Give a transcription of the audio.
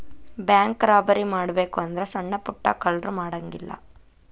bank robbery ಮಾಡ್ಬೆಕು ಅಂದ್ರ ಸಣ್ಣಾ ಪುಟ್ಟಾ ಕಳ್ರು ಮಾಡಂಗಿಲ್ಲಾ